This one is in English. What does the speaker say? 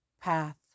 path